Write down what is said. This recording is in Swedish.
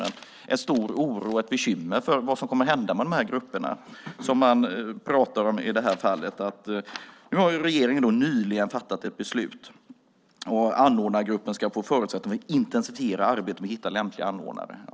Det är en stor oro och ett bekymmer över vad som kommer att hända med de grupper man pratar om. Nu har regeringen nyligen fattat ett beslut, och anordnargruppen ska få förutsättningar att intensifiera arbetet med att hitta lämpliga anordnare.